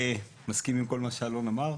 מסכים עם כל מה שאלון אמר,